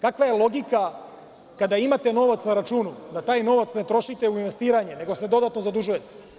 Kakva je logika kada imate novac na računu da taj novac ne trošite u investiranja, nego se dodatno zadužujete?